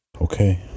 Okay